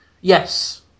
Yes